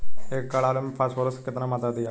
एक एकड़ आलू मे फास्फोरस के केतना मात्रा दियाला?